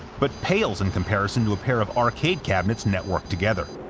but pales in comparison to a pair of arcade cabinets networked together.